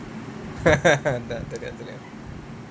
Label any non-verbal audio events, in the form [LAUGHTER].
[LAUGHS] it's okay it's okay